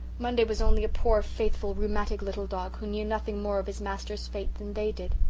monday was only a poor, faithful, rheumatic little dog, who knew nothing more of his master's fate than they did.